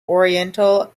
oriental